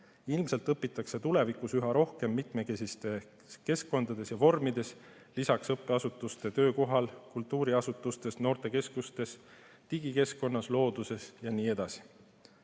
Ilmselt õpitakse tulevikus üha rohkem mitmekesistes keskkondades ja vormides, lisaks õppeasutustele töökohal, kultuuriasutustes, noortekeskustes, digikeskkonnas, looduses jne. Koolis